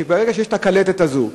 ברגע שיש הקלטת הזו,